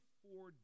four